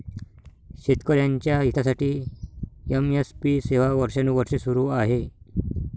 शेतकऱ्यांच्या हितासाठी एम.एस.पी सेवा वर्षानुवर्षे सुरू आहे